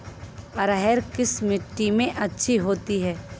अरहर किस मिट्टी में अच्छी होती है?